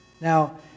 Now